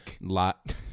lot